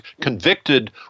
convicted